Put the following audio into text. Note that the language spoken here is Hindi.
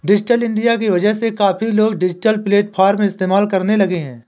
डिजिटल इंडिया की वजह से काफी लोग डिजिटल प्लेटफ़ॉर्म इस्तेमाल करने लगे हैं